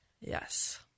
Yes